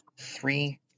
Three